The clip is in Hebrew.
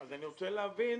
אני רוצה להבין